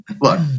Look